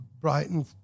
Brighton